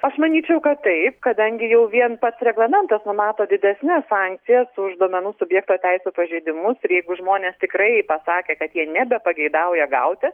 aš manyčiau kad taip kadangi jau vien pats reglamentas numato didesnes sankcijas už duomenų subjekto teisių pažeidimus ir jeigu žmonės tikrai pasakė kad jie nebepageidauja gauti